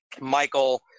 Michael